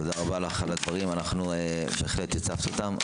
תודה רבה לך על הדברים שהצפת אותם.